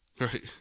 Right